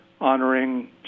honoring